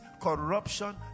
corruption